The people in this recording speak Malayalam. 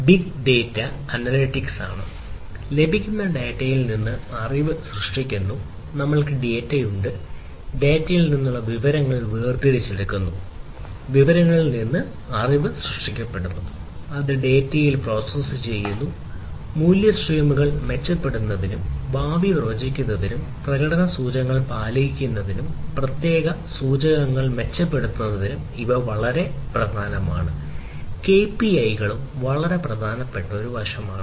ബിഗ് ഡാറ്റ വളരെ പ്രധാനപ്പെട്ട ഒരു വശമാണ്